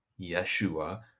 Yeshua